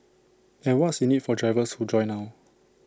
and what's in IT for drivers who join now